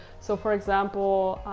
so, for example,